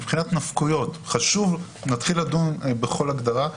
מבחינת נפקויות, נתחיל לדון בכל הגדרה.